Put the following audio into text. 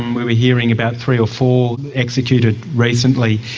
we were hearing about three or four executed recently.